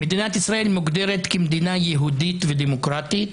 מדינת ישראל מוגדרת כמדינה יהודית ודמוקרטית.